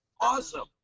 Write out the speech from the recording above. awesome